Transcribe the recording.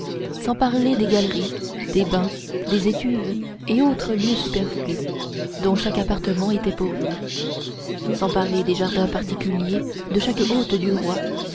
sans parler des galeries des bains des étuves et autres lieux superflus dont chaque appartement était pourvu sans parler des jardins particuliers de chaque hôte du roi